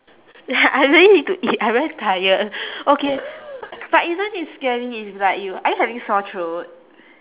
ya I really need to eat I very tired okay but isn't it scary if like you are you having sore throat